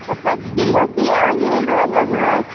पाँच किलो पिआज़ो दऽ देबै